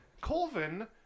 Colvin